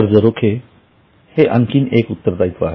कर्ज रोखे हे आणखी एक उत्तरदायित्व आहे